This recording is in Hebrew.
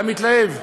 אתה מתלהב.